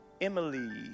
Emily